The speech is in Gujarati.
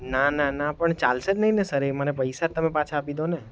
ના ના ના પણ ચાલસે જ નહીં સર એ મને પૈસા જ તમે પાછા આપી દોને